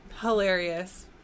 hilarious